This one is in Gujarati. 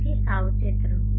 તેથી સાવચેત રહો